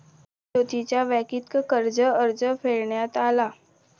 ज्योतीचा वैयक्तिक कर्ज अर्ज फेटाळण्यात आला